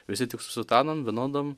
visi tik su sutanom vienodom